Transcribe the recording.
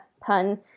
pun